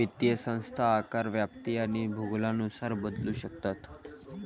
वित्तीय संस्था आकार, व्याप्ती आणि भूगोलानुसार बदलू शकतात